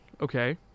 Okay